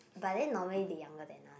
but then normally they younger than us